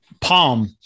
palm